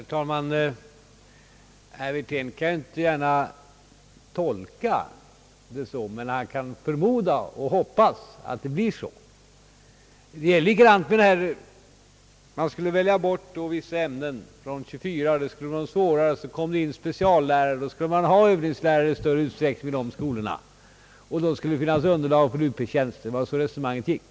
Herr talman! Herr Wirtén kan inte gärna tolka det så, men han kan ju förmoda och hoppas att det blir så. Det är på samma sätt med resonemanget om att lärarna skulle välja bort vissa ämnen — de svårare ämnena — från de 24 timmarnas undervisningsskyldighet, vilket skulle ha till följd att man fick övningslärare i större utsträckning vid dessa skolor och därmed underlag för Up-tjänster. Det var så resonemanget gick.